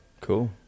cool